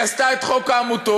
היא עשתה את חוק העמותות,